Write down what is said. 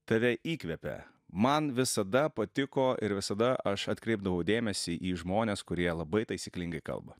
tave įkvepia man visada patiko ir visada aš atkreipdavau dėmesį į žmones kurie labai taisyklingai kalba